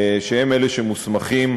שהם אלה שמוסמכים